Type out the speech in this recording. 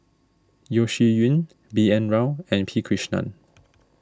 Yeo Shih Yun B N Rao and P Krishnan